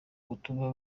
gutuma